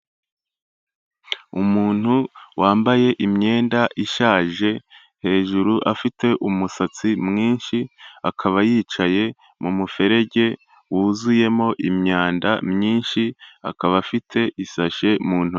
Umuntu wambaye imyenda ishaje, hejuru afite umusatsi mwinshi, akaba yicaye mu muferege wuzuyemo imyanda myinshi, akaba afite isashe mu ntoki.